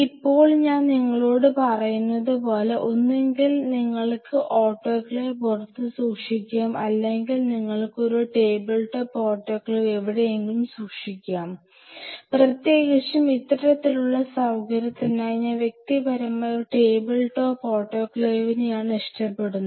ഇപ്പോൾ ഞാൻ നിങ്ങളോട് പറഞ്ഞതുപോലെ ഒന്നുകിൽ നിങ്ങൾക്ക് ഓട്ടോക്ലേവ് പുറത്ത് സൂക്ഷിക്കാം അല്ലെങ്കിൽ നിങ്ങൾക്ക് ഒരു ടേബിൾ ടോപ്പ് ഓട്ടോക്ലേവ് എവിടെയെങ്കിലും സൂക്ഷിക്കാം പ്രത്യേകിച്ചും ഇത്തരത്തിലുള്ള സൌകര്യത്തിനായി ഞാൻ വ്യക്തിപരമായി ഒരു ടേബിൾ ടോപ്പ് ഓട്ടോക്ലേവിനെയാണ് ഇഷ്ടപ്പെടുന്നത്